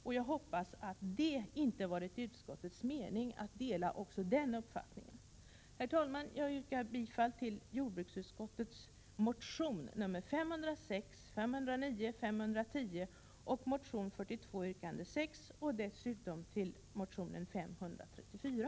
Min fråga är alltså: Delar utskottet också denna uppfattning? Herr talman! Jag yrkar bifall till motionerna Jo506, Jo509, Jo510, Jo42, yrkande 6, och Jo534.